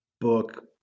book